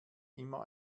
immer